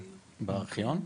בארכיון?